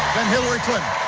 hillary clinton